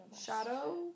Shadow